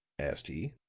asked he,